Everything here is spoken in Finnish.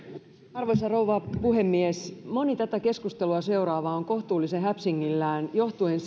arvoisa rouva puhemies moni tätä keskustelua seuraava on kohtuullisen häpsingillään johtuen